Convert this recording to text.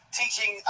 teaching